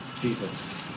Jesus